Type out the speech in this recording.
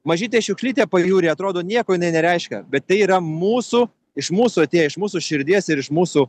mažytė šiukšlytė pajūryje atrodo nieko nereiškia bet tai yra mūsų iš mūsų atėję iš mūsų širdies ir iš mūsų